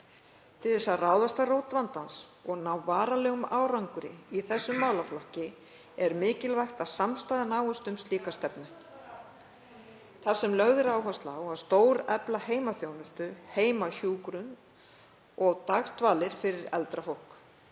Til að ráðast að rót vandans og ná varanlegum árangri í þessum málaflokki er mikilvægt að samstaða náist um slíka stefnu þar sem lögð er áhersla á að stórefla heimaþjónustu, heimahjúkrun og dagdvalir fyrir eldra fólk.